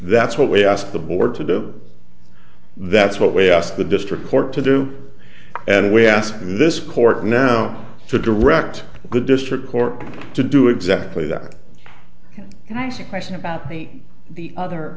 that's what we asked the board to do that's what we asked the district court to do and we ask this court now to direct the district court to do exactly that and i see question about me the other